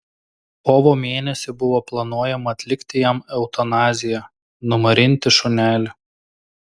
kovo mėnesį buvo planuojama atlikti jam eutanaziją numarinti šunelį